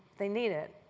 they need it.